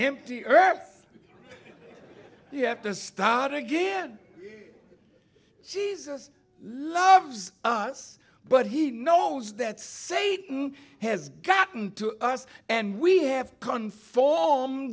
earth you have to start again jesus loves us but he knows that satan has gotten to us and we have conform